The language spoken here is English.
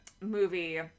movie